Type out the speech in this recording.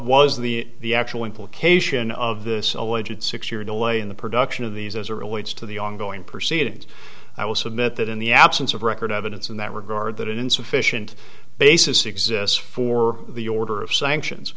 was the the actual implication of this alleged six year delay in the production of these as a relates to the ongoing proceedings i would submit that in the absence of record evidence in that regard that insufficient basis exists for the order of sanctions